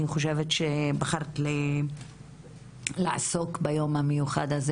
אני חושבת שבחרת לעסוק ביום המיוחד הזה